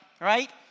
right